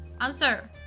Answer